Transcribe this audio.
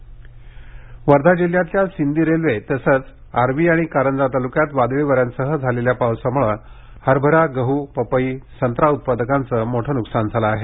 वर्धा न्कसान वर्धा जिल्ह्यातील सिंदी रेल्वे तसंच आर्वी आणि कारंजा तालुक्यात वादळी वाऱ्यासह झालेल्या पावसामुळं हरभरा गहू पपई संत्रा उत्पादकांचे मोठं नुकसान झालं आहे